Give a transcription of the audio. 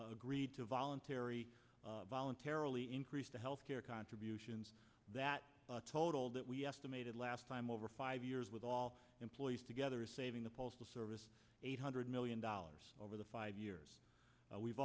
agreed to voluntary voluntarily increased the health care contributions that totaled it i made it last time over five years with all employees together saving the postal service eight hundred million dollars over the five years we've